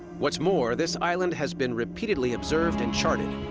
what's more, this island has been repeatedly observed and charted.